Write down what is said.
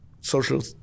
social